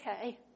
okay